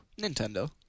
Nintendo